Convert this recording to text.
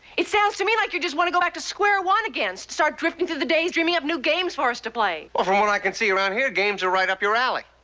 it sounds to me like you just want to go back to square one start drifting through the days, dreaming up new games for us to play. well, from what i can see around here games are right up your alley.